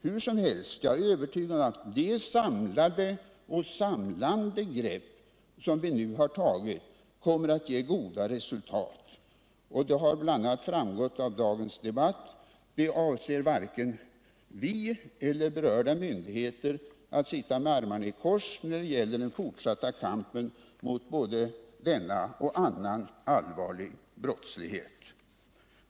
Hur som helst — jag är övertygad om att det samlade och samlande grepp som vi nu har tagit kommer att ge goda resultat. Det har bl.a. framgått av dagens debatt att varken vi eller berörda myndigheter avser att sitta med armarna i kors när det gäller den fortsatta kampen mot både denna och annan allvarlig brottslighet.